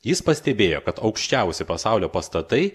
jis pastebėjo kad aukščiausi pasaulio pastatai